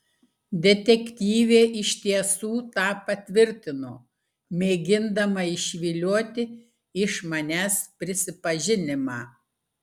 detektyvė iš tiesų tą patvirtino mėgindama išvilioti iš manęs prisipažinimą